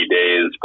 days